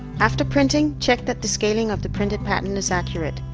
after printing, check that the scaling of the printed pattern is accurate.